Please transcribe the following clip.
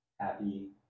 Happy